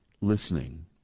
listening